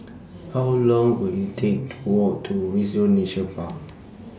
How Long Will IT Take to Walk to Windsor Nature Park